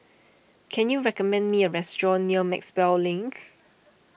can you recommend me a restaurant near Maxwell Link